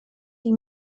die